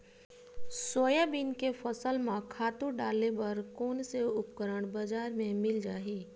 Soybean के फसल म खातु डाले बर कोन से उपकरण बजार म मिल जाहि?